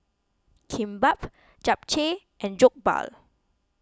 Kimbap Japchae and Jokbal